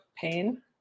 pain